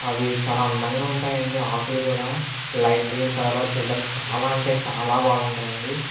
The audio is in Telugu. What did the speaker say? అవి చాలా అందంగా ఉంటాయి అండి ఆకులు కూడా లైట్ గ్రీన్ కలర్ లో చూడడానికి చాలా అంటే చాలా బాగుంటాయి అండి